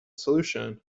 solution